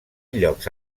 llocs